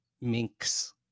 minks